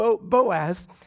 Boaz